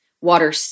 water